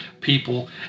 people